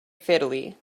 fiddly